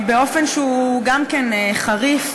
באופן שהוא גם כן חריף,